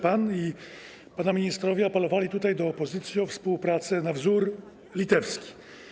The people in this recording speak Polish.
Pan i pana ministrowie apelowali tutaj do opozycji o współpracę na wzór litewski.